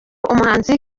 umuhanzi